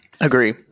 Agree